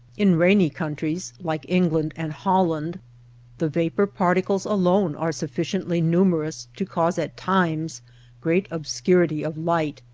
in rainy countries like england and holland the vapor particles alone are sufficiently numer ous to cause at times great obscurity of light,